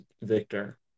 Victor